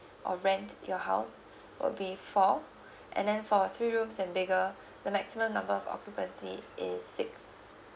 or rent your house would be four and then for three rooms and bigger the maximum number of occupancy is six